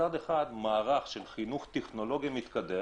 מצד אחד מערך של חינוך טכנולוגי מתקדם,